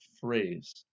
phrase